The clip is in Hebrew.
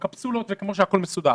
בקפסולות, הכול באופן מסודר.